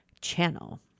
Channel